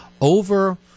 over